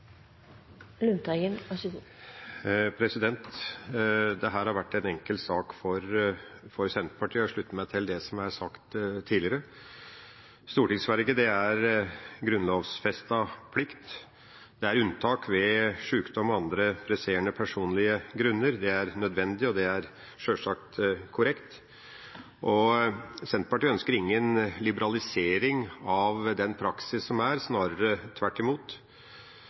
har vært en enkel sak for Senterpartiet, og jeg slutter meg til det som er sagt tidligere. Stortingsvervet er en grunnlovfestet plikt. Det er unntak ved sykdom og andre presserende personlige grunner. Det er nødvendig, og det er sjølsagt korrekt. Senterpartiet ønsker ingen liberalisering av den praksis som er, snarere tvert imot.